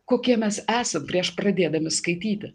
kokie mes esam prieš pradėdami skaityti